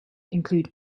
include